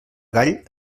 gall